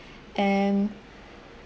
and